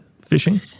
fishing